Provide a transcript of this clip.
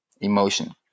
emotion